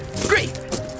Great